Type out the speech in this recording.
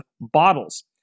bottles